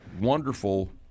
wonderful